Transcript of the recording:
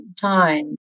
time